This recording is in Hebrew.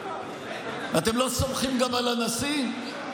אתם לא סומכים גם על הנשיא?